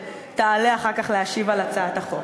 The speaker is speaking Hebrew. שתעלה אחר כך להשיב על הצעת החוק.